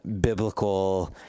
biblical